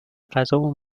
غذامو